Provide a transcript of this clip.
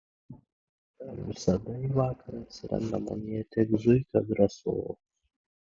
ar visada į vakarą atsiranda manyje tiek zuikio drąsos